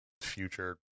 future